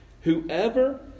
whoever